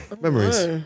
memories